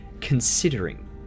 considering